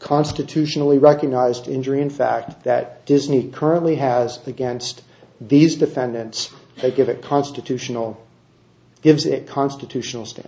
constitutionally recognized injury and fact that disney currently has against these defendants they get it constitutional gives it constitutional sta